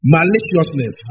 Maliciousness